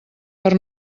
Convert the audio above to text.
per